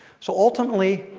so ultimately,